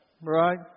Right